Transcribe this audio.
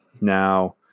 Now